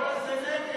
הצעת ועדת הכנסת